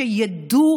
שידעו